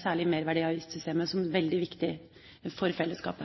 særlig merverdiavgiftssystemet, som er veldig viktig for